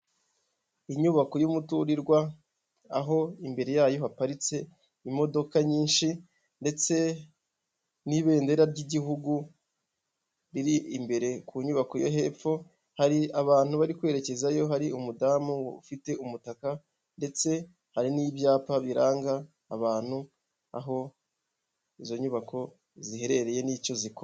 Inyubako y'umuturirwa aho imbere yayo haparitse imodoka nyinshi ndetse n'ibendera ry'igihugu riri imbere ku nyubako yo hepfo, hari abantu bari kwerekezayo hari umudamu ufite umutaka ndetse hari n'i'ibyapa biranga abantu aho izo nyubako ziherereye n'icyo zikora.